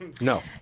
No